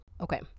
Okay